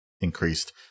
increased